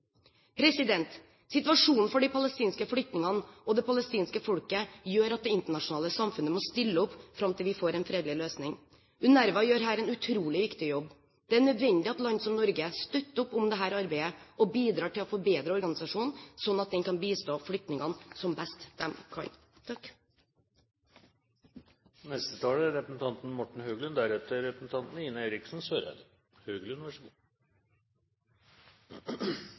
finansiering. Situasjonen for de palestinske flyktningene og det palestinske folket gjør at det internasjonale samfunnet må stille opp fram til vi får en fredelig løsning. UNRWA gjør her en utrolig viktig jobb. Det er nødvendig at land som Norge støtter opp om dette arbeidet og bidrar til å forbedre organisasjonen sånn at den kan bistå flyktningene som best den kan. Jeg vil også takke interpellanten for å ta opp en viktig problemstilling. UNRWAs situasjon er